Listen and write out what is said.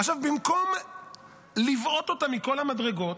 עכשיו, במקום לבעוט אותה מכל המדרגות,